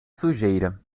sujeira